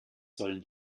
sollen